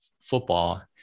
football